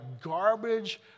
garbage